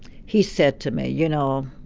he said to me, you know,